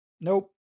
nope